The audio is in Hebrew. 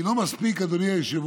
כי זה לא מספיק, אדוני היושב-ראש,